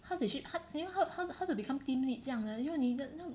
how did she ho~ how how how to become team lead 这样的因为你的